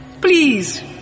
Please